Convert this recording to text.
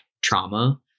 trauma